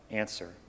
answer